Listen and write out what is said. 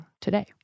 today